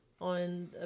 on